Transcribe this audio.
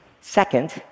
Second